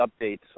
updates